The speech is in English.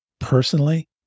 personally